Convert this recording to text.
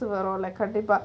around like கண்டிப்பா: kandippa